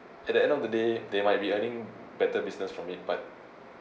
at the end of the day they might be earning better business from it but